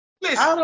Listen